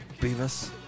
Beavis